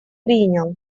принял